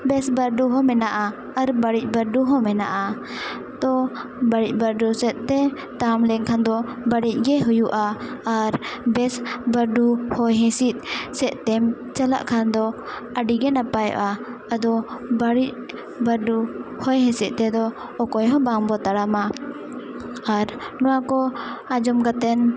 ᱵᱮᱥ ᱵᱟᱹᱨᱰᱩ ᱦᱚᱸ ᱢᱮᱱᱟᱜᱼᱟ ᱟᱨ ᱵᱟᱹᱲᱤᱡ ᱵᱟᱹᱨᱰᱩ ᱦᱚᱸ ᱢᱮᱱᱟᱜᱼᱟ ᱛᱳ ᱵᱟᱹᱲᱤᱡ ᱵᱟᱹᱨᱰᱩ ᱥᱮᱫ ᱛᱮ ᱛᱟᱲᱟᱢ ᱞᱮᱠᱷᱟᱱ ᱫᱚ ᱵᱟᱹᱲᱤᱡ ᱜᱮ ᱦᱩᱭᱩᱜᱼᱟ ᱟᱨ ᱵᱮᱥ ᱵᱟᱹᱨᱰᱩ ᱦᱚᱭᱦᱤᱸᱥᱤᱫ ᱥᱮᱫ ᱛᱮᱢ ᱪᱟᱞᱟᱜ ᱠᱷᱟᱱ ᱫᱚ ᱟᱹᱰᱤ ᱜᱮ ᱱᱟᱯᱟᱭᱚᱜᱼᱟ ᱟᱫᱚ ᱵᱟᱹᱲᱤᱡ ᱵᱟᱹᱨᱰᱩ ᱦᱚᱭᱦᱤᱸᱥᱤᱫ ᱛᱮᱫᱚ ᱚᱠᱚᱭ ᱦᱚᱸ ᱵᱟᱝ ᱵᱚ ᱛᱟᱲᱟᱢᱟ ᱟᱨ ᱱᱚᱣᱟ ᱠᱚ ᱟᱸᱡᱚᱢ ᱠᱟᱛᱮᱫ